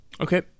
Okay